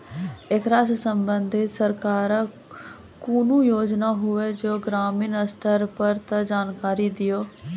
ऐकरा सऽ संबंधित सरकारक कूनू योजना होवे जे ग्रामीण स्तर पर ये तऽ जानकारी दियो?